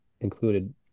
included